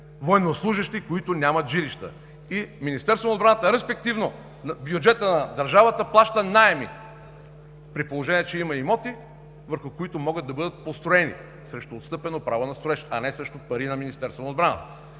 военнослужещи, които нямат жилища и Министерството на отбраната, респективно бюджетът на държавата, плаща наеми, при положение че има имоти, върху които могат да бъдат построени срещу отстъпено право на строеж, а не срещу пари на Министерството на отбраната.